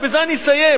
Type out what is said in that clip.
ובזה אני אסיים,